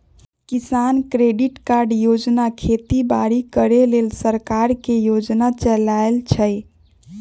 किसान credit card योजना खेती बाड़ी करे लेल सरकार के योजना चलै छै